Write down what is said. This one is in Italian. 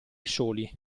soli